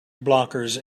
blockers